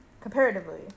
Comparatively